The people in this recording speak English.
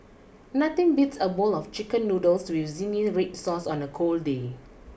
nothing beats a bowl of chicken noodles with zingy red sauce on a cold day